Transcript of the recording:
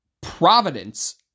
Providence